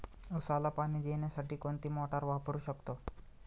उसाला पाणी देण्यासाठी कोणती मोटार वापरू शकतो?